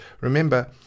remember